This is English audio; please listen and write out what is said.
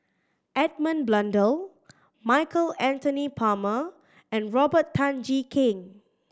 Edmund Blundell Michael Anthony Palmer and Robert Tan Jee Keng